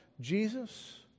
Jesus